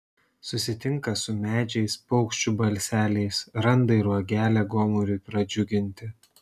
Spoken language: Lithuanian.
susitinka su medžiais paukščių balseliais randa ir uogelę gomuriui pradžiuginti